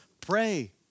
pray